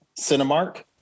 Cinemark